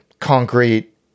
concrete